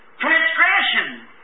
transgression